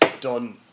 Done